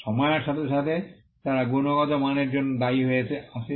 সময়ের সাথে সাথে তারা গুণগত মানের জন্য দায়ী হয়ে আসে